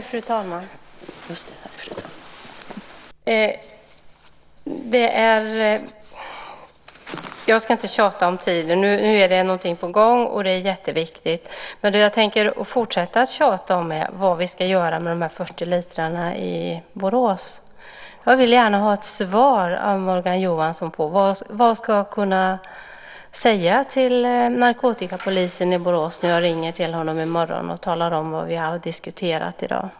Fru talman! Jag ska inte tjata om tiden. Nu är någonting på gång, och det är jätteviktigt. Men det jag tänker fortsätta tjata om är vad vi ska göra med de här 40 literna i Borås. Jag vill gärna ha ett svar av Morgan Johansson på vad jag ska kunna säga till narkotikapolisen i Borås när jag ringer till honom i morgon och talar om vad vi har diskuterat i dag.